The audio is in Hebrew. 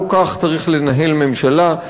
לא כך צריך לנהל ממשלה,